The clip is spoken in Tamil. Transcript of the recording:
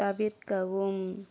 தவிர்க்கவும்